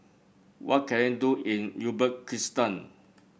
what can I do in Uzbekistan